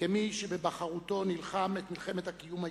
כמי שבבחרותו נלחם את מלחמת הקיום היהודית,